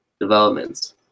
developments